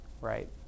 right